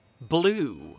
blue